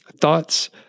thoughts